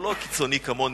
הוא לא קיצוני כמוני.